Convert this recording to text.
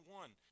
one